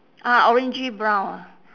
ah orangey brown ah